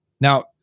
Now